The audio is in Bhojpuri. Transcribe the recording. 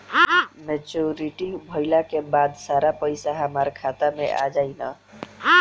मेच्योरिटी भईला के बाद सारा पईसा हमार खाता मे आ जाई न?